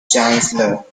chancellor